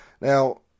Now